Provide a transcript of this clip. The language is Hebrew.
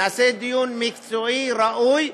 נעשה דיון מקצועי ראוי,